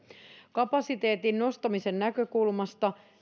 kapasiteetin nostamisen näkökulmasta